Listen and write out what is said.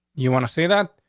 you want to see that?